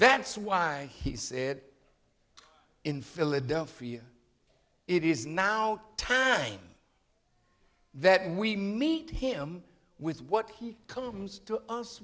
that's why he said in philadelphia it is now tanning that we meet him with what he comes to us